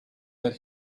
that